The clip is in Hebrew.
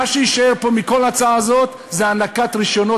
מה שיישאר פה מכל ההצעה הזאת זה הענקת רישיונות